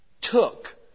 took